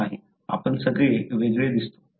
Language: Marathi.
आपण सगळे वेगळे दिसतो आपण वेगळ्या पद्धतीने वागतो